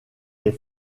est